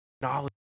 knowledge